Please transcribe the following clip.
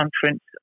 conference